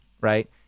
Right